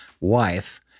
wife